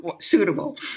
suitable